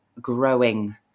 growing